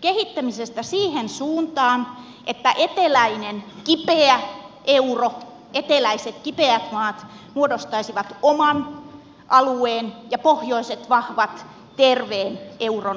kehittämisestä siihen suuntaan että eteläinen kipeä euro eteläiset kipeät maat muodostaisivat oman alueen ja pohjoiset vahvat terveen euron alueen